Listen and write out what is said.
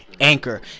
Anchor